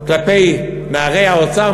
כלפי נערי האוצר,